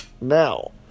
Now